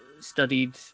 studied